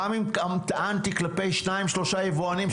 גם אם טענתי כלפי שניים-שלושה יבואנים,